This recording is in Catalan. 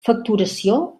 facturació